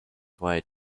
white